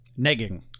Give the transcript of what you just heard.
Negging